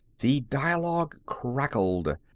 the dialogue crackled.